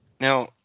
Now